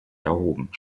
erhoben